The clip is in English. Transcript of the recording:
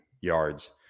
yards